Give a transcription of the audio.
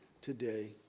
today